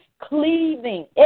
Cleaving